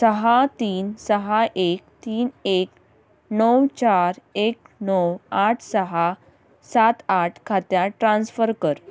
सहा तीन सहा एक तीन एक णव चार एक णव आठ सहा सात आठ खात्यांत ट्रान्स्फर कर